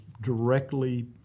directly